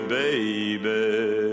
baby